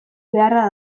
beharra